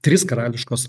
trys karališkos